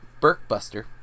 burkbuster